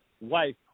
wife